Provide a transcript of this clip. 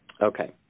Okay